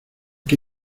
que